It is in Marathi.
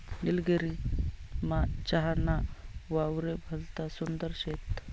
निलगिरीमा चहा ना वावरे भलता सुंदर शेत